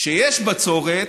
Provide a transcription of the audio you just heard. כשיש בצורת,